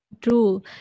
True